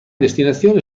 destinazioni